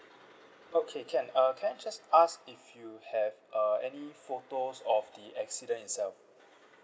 okay can uh can I just ask if you have uh any photos of the accident itself